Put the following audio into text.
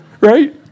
right